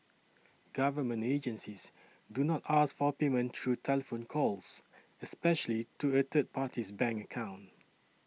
government agencies do not ask for payment through telephone calls especially to a third party's bank account